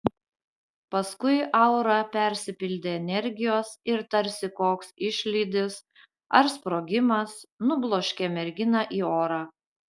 paskui aura persipildė energijos ir tarsi koks išlydis ar sprogimas nubloškė merginą į orą